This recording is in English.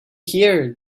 here